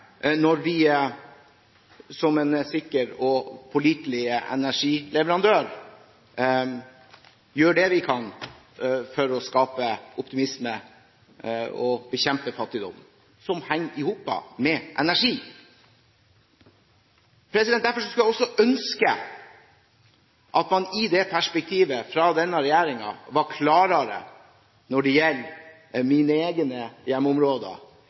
når vi som en sikker og pålitelig energileverandør gjør det vi kan for å skape optimisme og bekjempe fattigdom, som henger sammen med energi. Derfor skulle jeg også ønske at man i det perspektivet fra denne regjeringen var klarere når det gjelder mine egne hjemmeområder